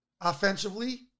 Offensively